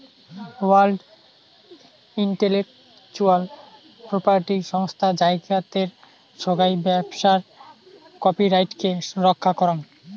world intellectual property সংস্থাত জাগাতের সোগাই ব্যবসার কপিরাইটকে রক্ষা করাং